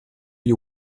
you